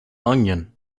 onion